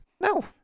No